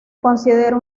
considera